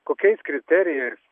kokiais kriterijais